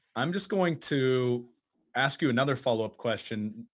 i'm just going to ask you another follow up question.